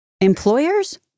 Employers